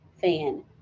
fan